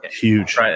huge